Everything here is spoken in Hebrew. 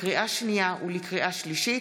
לקריאה שנייה ולקריאה שלישית,